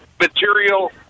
material